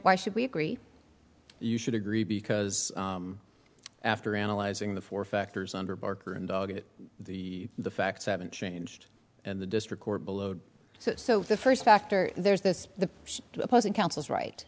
why should we agree you should agree because after analyzing the four factors under barker and dog that the the facts haven't changed and the district court billowed so the first factor there is this the opposing counsel is right